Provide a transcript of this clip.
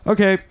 Okay